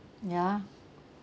ya